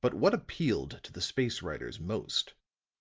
but what appealed to the space-writers most